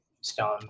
Stone